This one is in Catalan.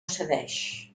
cedeix